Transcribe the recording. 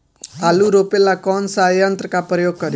आलू रोपे ला कौन सा यंत्र का प्रयोग करी?